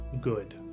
good